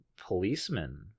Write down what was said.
policeman